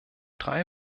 drei